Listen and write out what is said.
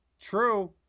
True